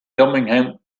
birmingham